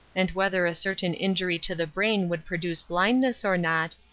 and whether a certain injury to the brain would produce blindness or not,